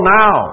now